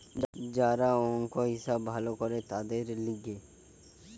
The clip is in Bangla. যারা অংক, হিসাব ভালো করে তাদের লিগে